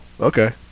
okay